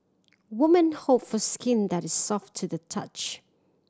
woman hope for skin that is soft to the touch